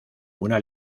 una